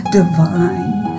divine